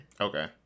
Okay